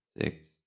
six